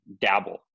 dabble